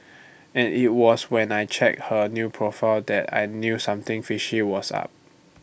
and IT was when I checked her new profile that I knew something fishy was up